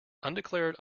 undeclared